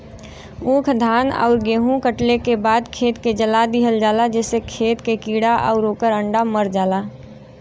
ऊख, धान आउर गेंहू कटले के बाद खेत के जला दिहल जाला जेसे खेत के कीड़ा आउर ओकर अंडा मर जाला